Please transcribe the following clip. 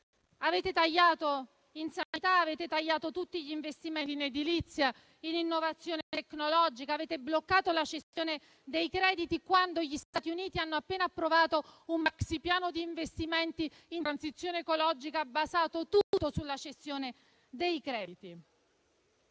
Avete tagliato in sanità, avete tagliato tutti gli investimenti in edilizia e in innovazione tecnologica, avete bloccato la cessione dei crediti, quando gli Stati Uniti hanno appena approvato un maxi-piano di investimenti in transizione ecologica basato tutto sulla cessione dei crediti.